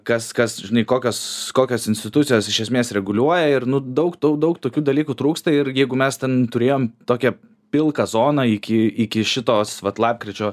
kas kas žinai kokios kokios institucijos iš esmės reguliuoja ir nu daug daug daug tokių dalykų trūksta ir jeigu mes ten turėjom tokią pilką zoną iki iki šitos vat lapkričio